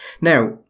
Now